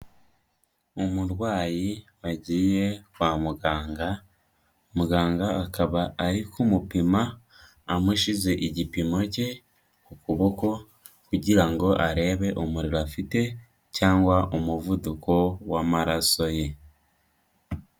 Umurwayi wagiye kwa muganga, muganga akaba ari kumupima amushyize igipimo cye ku kuboko kugira ngo arebe umuriro afite cyangwa umuvuduko w'amaraso ye.